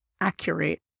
accurate